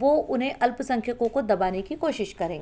वो उन्हे अल्पसंख्यकों को दबाने की कोशिश करेंगे